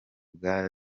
bwa